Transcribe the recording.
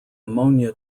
ammonia